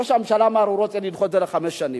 ראש הממשלה אמר, הוא רוצה לדחות את זה לחמש שנים.